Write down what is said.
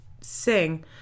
sing